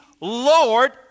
Lord